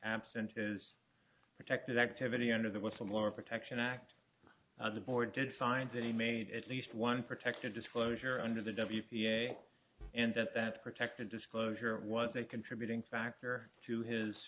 absent is protected activity under the whistleblower protection act the board did find that he made at least one protected disclosure under the w p a and that that protected disclosure was a contributing factor to his